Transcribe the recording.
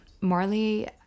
Marley